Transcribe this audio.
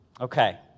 Okay